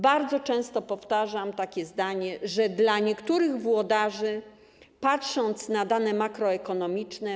Bardzo często powtarzam takie zdanie: dla niektórych włodarzy, patrząc na dane makroekonomiczne,